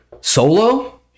solo